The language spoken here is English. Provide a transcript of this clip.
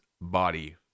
body